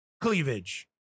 cleavage